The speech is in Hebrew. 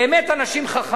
באמת אנשים חכמים.